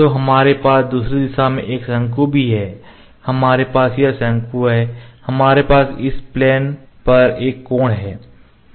तो हमारे पास दूसरी दिशा में एक शंकु भी है हमारे पास यह शंकु है हमारे पास इस प्लेन पर एक कोण है